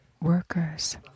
workers